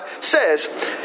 says